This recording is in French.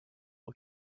aux